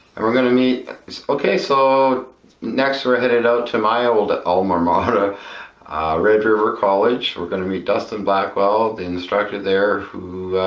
and we're gonna meet okay so next we're headed out to my old alma mater red river college we're going to meet dustin blackwell the instructor there who